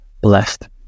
blessed